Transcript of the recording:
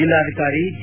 ಜೆಲ್ಲಾಧಿಕಾರಿ ಜೆ